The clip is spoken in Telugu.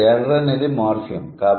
ఇక్కడ 'ఎర్' అనేది మార్ఫిమ్